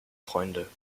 freunde